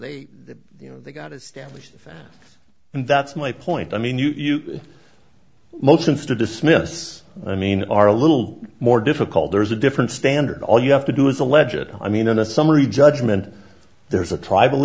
they you know they got established and that's my point i mean you motions to dismiss i mean are a little more difficult there's a different standard all you have to do is a legit i mean in a summary judgment there's a tribal